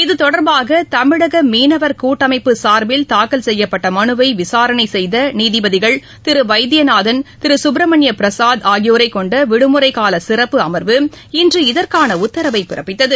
இதுதொடர்பாக தமிழக மீனவர் கூட்டமைப்பு சார்பில் தாக்கல் செய்யப்பட்ட மனுவை விசாரணை செய்த நீதிபதிகள் திரு வைத்தியநாதன் திரு சுப்ரமணிய பிரசாத் ஆகியோரை கொண்ட விடுமுறை கால சிறப்பு அமர்வு இன்று இதற்கான உத்தரவை பிறப்பித்தது